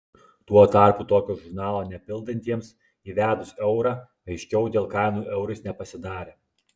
tuo tarpu tokio žurnalo nepildantiems įvedus eurą aiškiau dėl kainų eurais nepasidarė